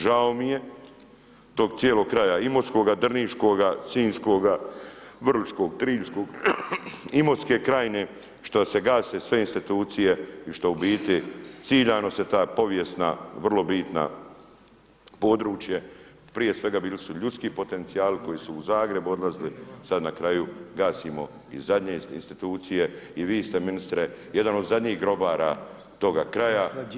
Žao mi je tog cijelog kraja Imotskoga, Drniškoga, Sinjskog, Vrličkog, Triljskog, Imotske krajine što se gase sve institucije i što u biti ciljano se ta povijesna vrlo bitno područje, prije svega bili su ljudski potencijali koji su u Zagreb odlazili, sada na kraju gasimo i zadnje institucije i vi ste ministre jedan od zadnjih grobara toga kraja.